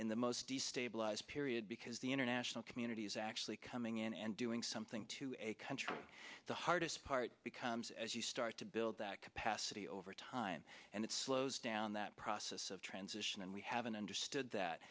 in the most destabilized period because the international community's actually coming in and doing something to a country the hardest part becomes as you start to build that capacity over time and it slows down that process of transition and we haven't understood that